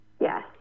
yes